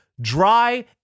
dry